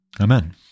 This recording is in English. Amen